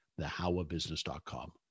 thehowabusiness.com